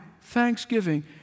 thanksgiving